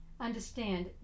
Understand